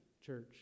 church